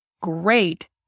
great